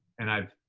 and i've,